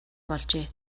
болжээ